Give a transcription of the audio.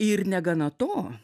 ir negana to